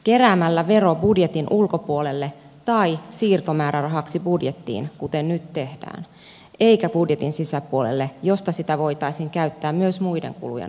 keräämällä vero budjetin ulkopuolelle tai siirtomäärärahaksi budjettiin kuten nyt tehdään eikä budjetin sisäpuolelle josta sitä voitaisiin käyttää myös muiden kulujen rahoittamiseen